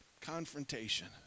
confrontation